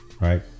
Right